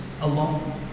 alone